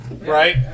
Right